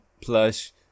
plush